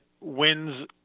wins